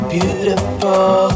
Beautiful